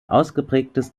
ausgeprägtes